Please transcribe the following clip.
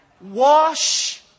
Wash